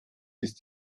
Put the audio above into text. ist